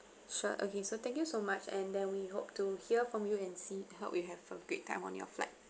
sure okay so thank you so much and then we hope to hear from you and see hope you have a great time on your flight